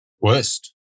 Worst